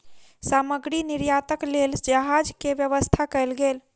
सामग्री निर्यातक लेल जहाज के व्यवस्था कयल गेल